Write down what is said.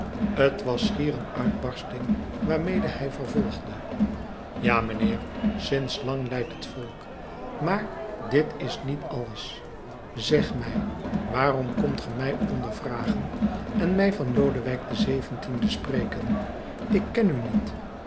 t was schier een uitbarsting waarmede hij vervolgde ja mijnheer sinds lang lijdt het volk maar dit is niet alles zeg mij waarom komt ge mij ondervragen en mij van lodewijk xvii spreken ik ken u niet